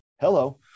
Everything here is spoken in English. Hello